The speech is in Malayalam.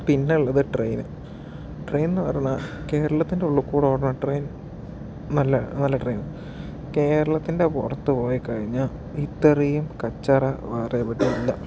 പിന്നെയുള്ളത് ട്രെയിൻ ട്രെയിനെന്ന് പറഞ്ഞാൽ കേരളത്തിൻ്റെ ഉള്ളിൽക്കൂടെ ഓടണ ട്രെയിൻ നല്ല നല്ല ട്രെയിനാ കേരളത്തിൻ്റെ പുറത്തുപോയി കഴിഞ്ഞാൽ ഇത്രയും കച്ചറ വേറെ എവിടെയും ഇല്ല